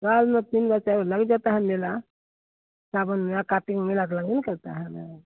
साल में तीन बार चार बार लग जाता है मेला सावन में कार्तिक में मेला तो लगबे ना करता है